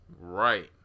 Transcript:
Right